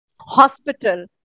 hospital